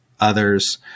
others